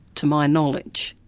to my knowledge.